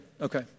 okay